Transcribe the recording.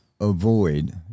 avoid